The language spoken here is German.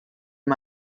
man